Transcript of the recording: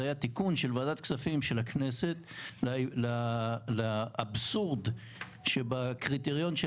זה היה תיקון של ועדת כספים של הכנסת לאבסורד שבקריטריון של